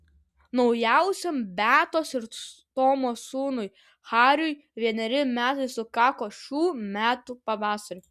jauniausiajam beatos ir tomo sūnui hariui vieneri metai sukako šių metų pavasarį